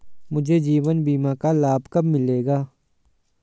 मुझे जीवन बीमा का लाभ कब मिलेगा?